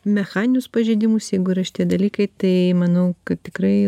mechaninius pažeidimus jeigu yra šitie dalykai tai manau kad tikrai